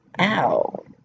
Ow